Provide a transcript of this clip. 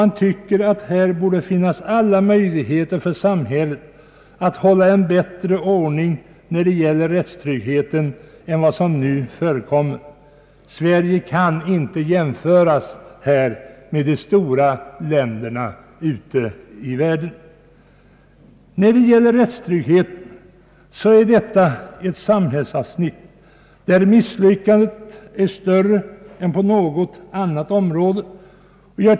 Man tycker att här borde finnas alla möjligheter för samhället att hålla en bättre ordning när det gäller rättstryggheten än vad nu är fallet. Sverige kan inte härvidlag jämföras med de stora länderna i världen. Rättstryggheten utgör ett samhällsavsnitt där misslyckandet är större än på något annat område.